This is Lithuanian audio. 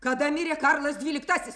kada mirė karlas dvyliktasis